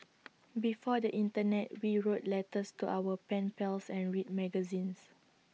before the Internet we wrote letters to our pen pals and read magazines